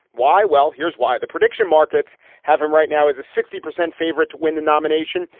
why? well, here's why. the prediction markets have him right now is a sixty percent favorite to win the nomination.